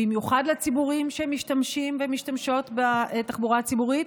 במיוחד לציבורים שמשתמשים ומשתמשות בתחבורה הציבורית,